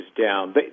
down